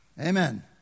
Amen